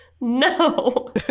No